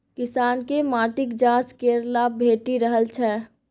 किसानकेँ माटिक जांच केर लाभ भेटि रहल छै